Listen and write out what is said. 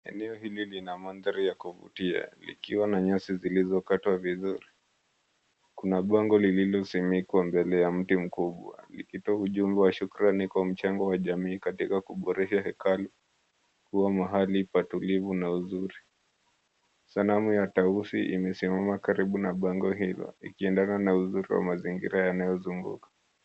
Eneo hili lina mandhari ya kuvutia, likiwa na nyasi zilizokatwa vizuri. Kuna bango lililosimikwa mbele ya mti mkubwa, likitoa ujumbe wa shukrani kwa mchango wa jamii katika kuboresha hekalu kuwa mahali patulivu na uzuri. Sanamu ya tausi imesimama karibu na bango hilo, ikiendana na uzuri wa mazingira yanayozunguka.